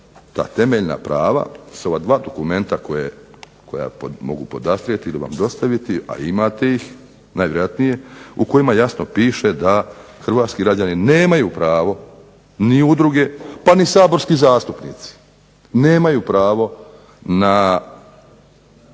ta temeljna prava su ova dva dokumenta koja mogu podastrijeti ili vam dostaviti, a imate ih najvjerojatnije, u kojima jasno piše da hrvatski građani nemaju pravo ni udruge pa ni saborski zastupnici, nemaju pravo na